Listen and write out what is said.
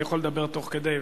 אני יכול לדבר תוך כדי,